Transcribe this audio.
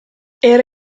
era